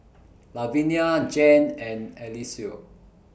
Luvinia Jan and Eliseo